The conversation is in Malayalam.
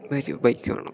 ഒരു ബൈക്ക് വേണം